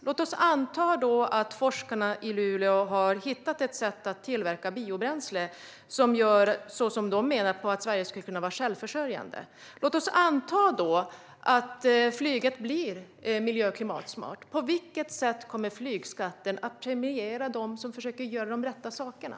Låt oss anta att forskarna i Luleå har hittat ett sätt att tillverka biobränsle som Sverige skulle kunna vara självförsörjande på. Om flyget då blir miljö och klimatsmart, på vilket sätt kommer då flygskatten att premiera dem som försöker göra de rätta sakerna?